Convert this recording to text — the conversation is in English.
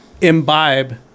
imbibe